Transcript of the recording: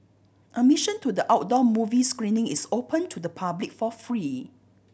admission to the outdoor movie screening is open to the public for free